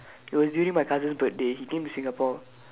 it was during my cousin's birthday he came to Singapore